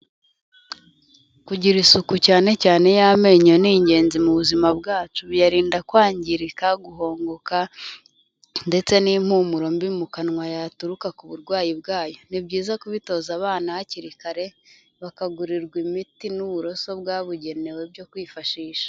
Kugira isuku cyane cyane iy'amenyo ni ingenzi mu buzima bwacu, biyarinda kwangirika, guhongoka, ndetse n'impumuro mbi mu kanwa yaturuka ku burwayi bwayo, ni byiza kubitoza abana hakiri kare, bakagurirwa imiti n'uburoso bwabugenewe byo kwifashisha.